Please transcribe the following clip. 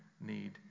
need